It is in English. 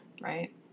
Right